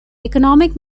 economic